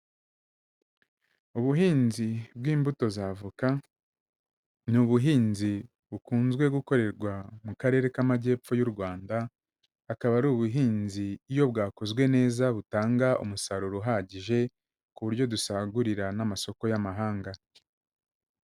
Ubuhinzi bw'imbuto za avoka, ni ubuhinzi bukunzwe gukorerwa mu Karere k'Amajyepfo y'u Rwanda, akaba ari ubuhinzi iyo bwakozwe neza butanga umusaruro uhagije ku buryo dusagurira n'amasoko y'amahanga.